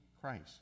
Christ